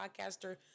podcaster